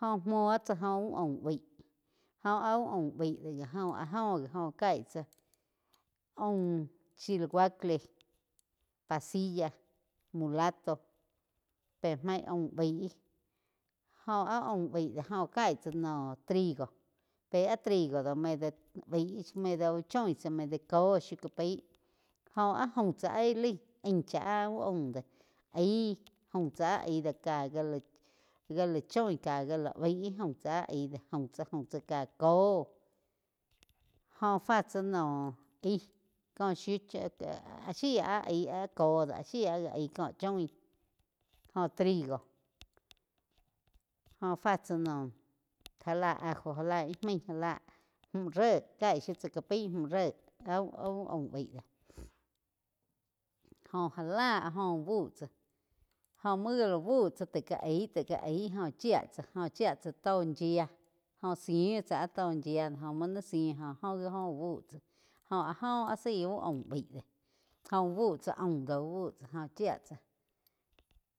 Jó muo óh tsá úh aum baí jó áh úh aum baig gi doh joh áh go gi oh caig tsá aum chiuacle, pasilla, mulato pe maig aum baí jóh áh aum baí do jo kaig tsa no trigo pe áh trigo do medio baí shiu medio úh choin tsá medio cóh shiu ká pai. Jo áh aum tsá áh aí lai ain chá áh uh aum doh aí aum tsá áh aih do laig caí, ká gá choin ká gá lá baig aum tsáh áh aig do aum tsá ká koh. Joh fá tsá noh aih ko shiu áh shía áh aíg áh có áh shía gi aíg kó choin jó trigo, óh fá tsaá naum já la ajo já la íh maig já la múh ré caíg shiu tsá ca ái múh ré áh úh aum baí dóh, jo já la áh jo úh bu tsá jó muo gá la bu tsá taig ka aí jó chía tsá, jo chia tsá tó yía jóh zí tsá áh tó yia jo muo ni zí óh óh gi úh bi tsá óh áh óh áh zaí úh aum baí do jó uh bu tsá aum do úh búu tsá chía tsá